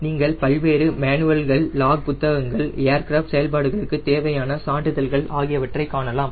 நீங்கள் பல்வேறு மேனுவல்கள் லாக் புத்தகங்கள் ஏர்கிராஃப்ட் செயல்பாடுகளுக்கு தேவையான சான்றிதழ்கள் ஆகியவற்றை காணலாம்